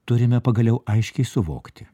turime pagaliau aiškiai suvokti